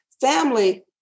Family